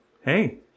Hey